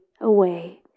away